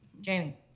Jamie